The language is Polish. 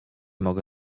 mogę